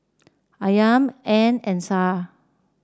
Iman Ain and Syah